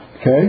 Okay